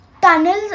tunnels